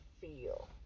feel